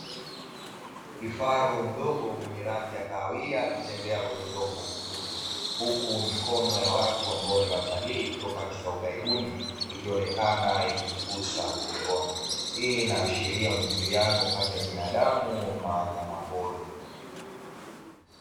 Kifaru mdogo mwenye rangi ya kahawia akitembea kwenye udongo mwekundu, huku mikono ya watu ambao ni watalii kutoka nchi za ughaibuni, ikionekana ikimgusa mgongoni. Hii inaashiria muingiliano kati ya binadamu na wanyama pori.